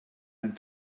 and